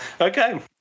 Okay